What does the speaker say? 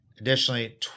Additionally